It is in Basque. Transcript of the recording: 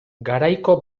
garaiko